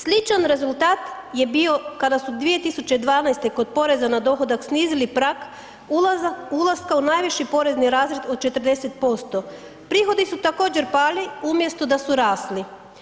Sličan rezultat je bio kada su 2012. kod poreza na dohodak snizili prag ulaska u najviši porezni razred od 40%. prihodi su također pali umjesto da su rasli.